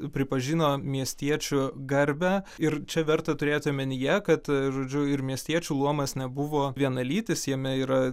pripažino miestiečių garbę ir čia verta turėt omenyje kad žodžiu ir miestiečių luomas nebuvo vienalytis jame yra